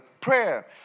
prayer